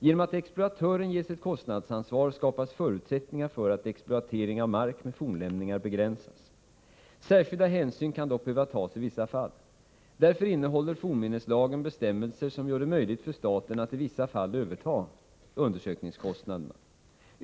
Genom att exploatören ges ett kostnadsansvar skapas förutsättningar för att exploatering av mark med fornlämningar begränsas. Särskilda hänsyn kan dock behöva tas i vissa fall. Därför innehåller fornminneslagen bestämmelser som gör det möjligt för staten att i sådana fall överta undersökningskostnaderna.